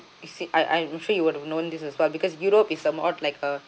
is it I I'm afraid you wouldn't known this as well because europe it's a more like uh